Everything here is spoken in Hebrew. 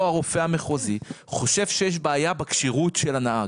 הרופא המחוזי חושב שיש בעיה בכשירות של הנהג.